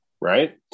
right